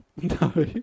No